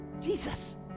Jesus